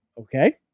Okay